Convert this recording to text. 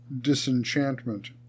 disenchantment